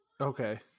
Okay